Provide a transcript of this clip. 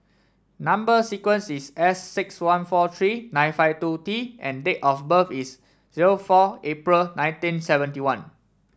number sequence is S six one four three nine five two T and date of birth is zero four April nineteen seventy one